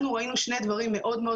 אנחנו ראינו שני דברים מאוד מאוד